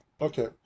Okay